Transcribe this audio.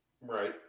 Right